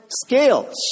scales